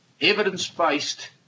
evidence-based